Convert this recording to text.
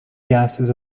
gases